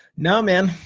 no, man.